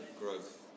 growth